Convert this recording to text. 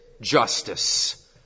justice